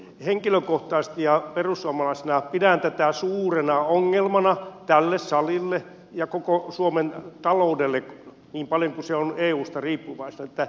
henkilökohtaisesti ja perussuomalaisena pidän tätä suurena ongelmana tälle salille ja koko suomen taloudelle niin paljon kuin se on eusta riippuvaista